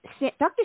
Dr